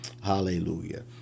Hallelujah